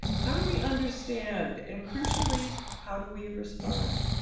how do we understand and crucially how do we respond?